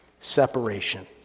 Separation